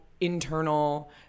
internal